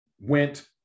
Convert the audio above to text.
went